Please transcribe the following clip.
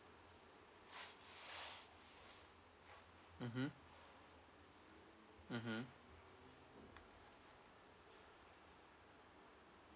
mmhmm mmhmm